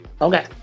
Okay